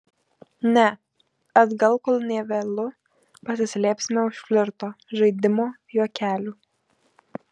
ne atgal kol nė vėlu pasislėpsime už flirto žaidimo juokelių